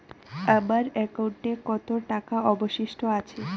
আমার একাউন্টে কত টাকা অবশিষ্ট আছে?